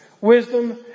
Wisdom